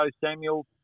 Samuel